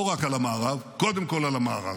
לא רק על המערב, קודם כול על המערב.